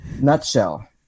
nutshell